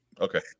Okay